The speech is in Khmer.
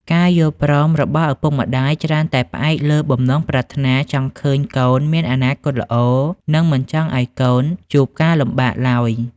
ការយល់ព្រមរបស់ឪពុកម្ដាយច្រើនតែផ្អែកលើបំណងប្រាថ្នាចង់ឃើញកូនមានអនាគតល្អ និងមិនចង់ឱ្យកូនជួបការលំបាកឡើយ។